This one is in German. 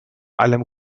allem